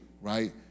right